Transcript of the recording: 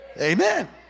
amen